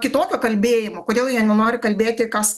kitokio kalbėjimo kodėl jie nenori kalbėti kas